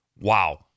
Wow